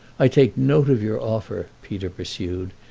i take note of your offer, peter pursued,